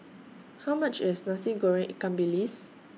How much IS Nasi Goreng Ikan Bilis